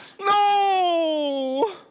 No